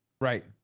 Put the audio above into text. right